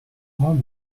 grand